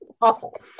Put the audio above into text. awful